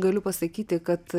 galiu pasakyti kad